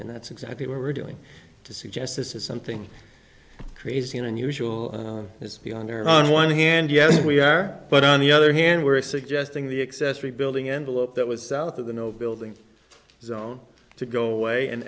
and that's exactly what we're doing to suggest this is something crazy an unusual it's beyond there on one hand yes we are but on the other hand we're suggesting the excess rebuilding envelope that was south of the no building zone to go away and